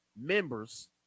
members